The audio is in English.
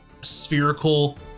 spherical